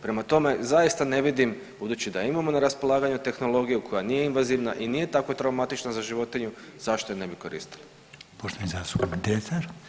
Prema tome, zaista ne vidim budući da imamo na raspolaganju tehnologiju koja nije invazivna i nije tako traumatična za životinju zašto je ne bi koristili.